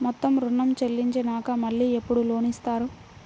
మొత్తం ఋణం చెల్లించినాక మళ్ళీ ఎప్పుడు లోన్ ఇస్తారు?